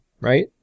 right